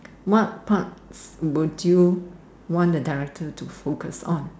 what parts would you want the director to focus on